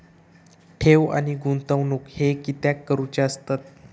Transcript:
ठेव आणि गुंतवणूक हे कित्याक करुचे असतत?